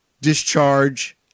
discharge